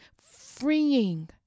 freeing